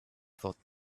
thought